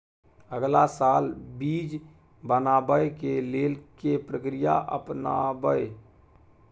अगला साल बीज बनाबै के लेल के प्रक्रिया अपनाबय?